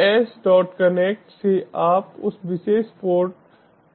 तो sconnect से आप उस विशेष पोर्ट